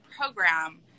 program